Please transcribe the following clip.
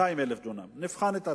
200,000 דונם, נבחן את עצמנו,